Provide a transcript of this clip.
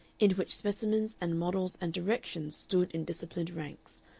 in which specimens and models and directions stood in disciplined ranks,